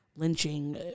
lynching